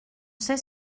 sait